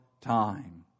time